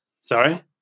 Sorry